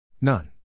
None